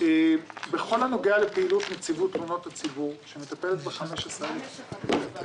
בכל הנוגע לפעילות נציבות תלונות הציבור שמטפלת ב-15 אלף תלונות,